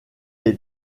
est